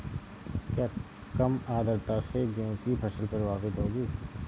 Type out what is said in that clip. क्या कम आर्द्रता से गेहूँ की फसल प्रभावित होगी?